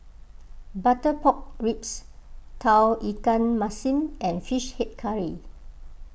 Butter Pork Ribs Tauge Ikan Masin and Fish Head Curry